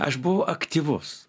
aš buvau aktyvus